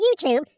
YouTube